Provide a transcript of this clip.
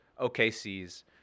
OKC's